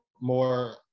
more